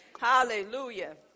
Hallelujah